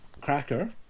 Cracker